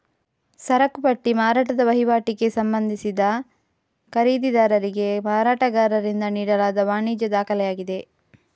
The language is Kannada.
ಸರಕು ಪಟ್ಟಿ ಮಾರಾಟದ ವಹಿವಾಟಿಗೆ ಸಂಬಂಧಿಸಿದ ಖರೀದಿದಾರರಿಗೆ ಮಾರಾಟಗಾರರಿಂದ ನೀಡಲಾದ ವಾಣಿಜ್ಯ ದಾಖಲೆಯಾಗಿದೆ